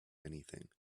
anything